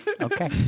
Okay